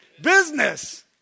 Business